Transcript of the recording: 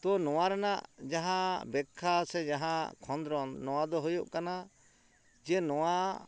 ᱛᱚ ᱱᱚᱣᱟ ᱨᱮᱱᱟᱜ ᱡᱟᱦᱟᱸ ᱵᱮᱠᱠᱷᱟ ᱥᱮ ᱡᱟᱦᱟᱸ ᱠᱷᱚᱸᱫᱽᱨᱚᱸᱫᱽ ᱱᱚᱣᱟ ᱫᱚ ᱦᱩᱭᱩᱜ ᱠᱟᱱᱟ ᱡᱮ ᱱᱚᱣᱟ